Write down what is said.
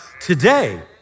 today